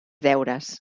deures